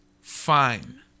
fine